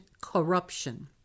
corruption